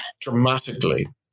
dramatically